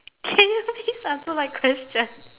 can you please answer my question